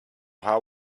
how